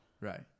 Right